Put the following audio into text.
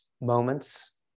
moments